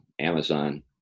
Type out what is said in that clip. Amazon